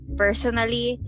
personally